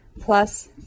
plus